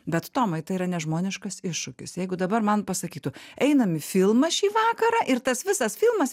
bet tomai tai yra nežmoniškas iššūkis jeigu dabar man pasakytų einam į filmą šį vakarą ir tas visas filmas